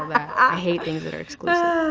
i hate things that are exclusive.